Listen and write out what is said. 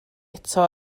eto